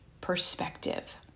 perspective